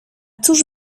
cóż